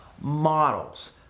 models